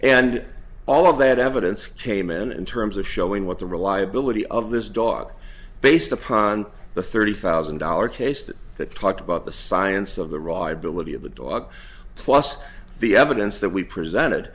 and all of that evidence came in in terms of showing what the reliability of this dog based upon the thirty thousand dollars case that talked about the science of the raw ability of the dog plus the evidence that we presented